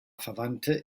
verwandte